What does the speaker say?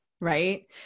Right